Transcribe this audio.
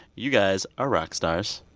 you guys are rock stars.